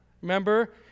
Remember